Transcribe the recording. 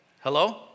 Hello